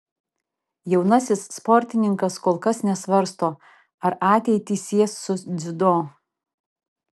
jaunasis sportininkas kol kas nesvarsto ar ateitį sies su dziudo